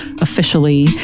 officially